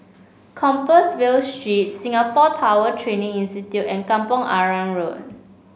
Compassvale Street Singapore Power Training Institute and Kampong Arang Road